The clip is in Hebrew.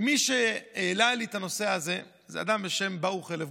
מי שהעלה לי את הנושא הזה זה אדם בשם ברוך הלפגוט,